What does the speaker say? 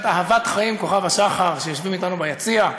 "אהבת חיים" כוכב-השחר שיושבים אתנו ביציע.